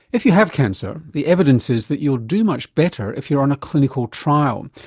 if you have cancer, the evidence is that you'll do much better if you're on a clinical trial.